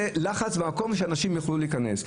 לחץ במקום וכדי שאנשים יוכלו להיכנס?